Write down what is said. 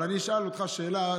אבל אני אשאל אותך שאלה,